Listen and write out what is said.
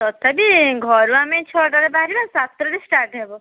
ତଥାପି ଘରୁ ଆମେ ଛଅଟାରେ ବାହାରିବା ସାତଟାରେ ଷ୍ଟାର୍ଟ୍ ହେବ